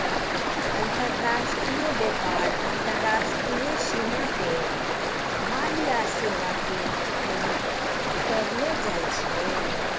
अन्तर्राष्ट्रिय व्यापार अन्तर्राष्ट्रिय सीमा पे माल या सेबा के लेली करलो जाय छै